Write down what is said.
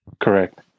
Correct